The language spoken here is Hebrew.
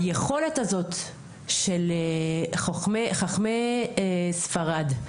היכולת הזאת של חכמי ספרד,